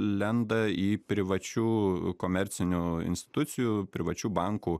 lenda į privačių komercinių institucijų privačių bankų